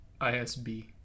ISB